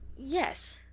yes,